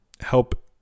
help